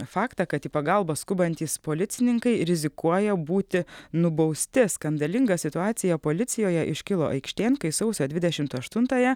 faktą kad į pagalbą skubantys policininkai rizikuoja būti nubausti skandalinga situacija policijoje iškilo aikštėn kai sausio dvidešimt aštuntąją